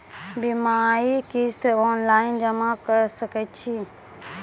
बीमाक किस्त ऑनलाइन जमा कॅ सकै छी?